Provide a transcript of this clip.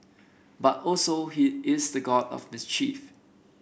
but also he is the god of mischief